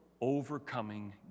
overcoming